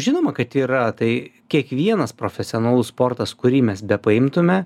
žinoma kad yra tai kiekvienas profesionalus sportas kurį mes bepaimtume